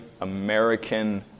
American